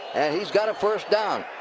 and he's got a first down.